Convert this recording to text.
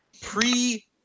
pre-